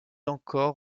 encore